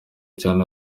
cyane